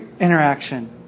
interaction